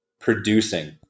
producing